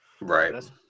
right